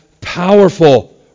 powerful